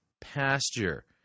pasture